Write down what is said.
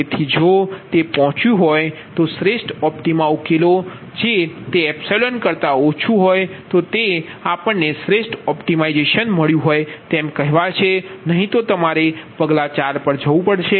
તેથી જો તે પહોંચ્યું હોય તો શ્રેષ્ઠ ઓપ્ટિમા ઉકેલો જો તે એપ્સીલોન કરતા ઓછું હોય તો શ્રેષ્ઠ ઉપાય પહોંચી જાય છે નહીં તો તમારે પગલું 4 પર જવું પડશે